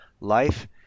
life